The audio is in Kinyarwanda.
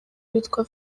witwa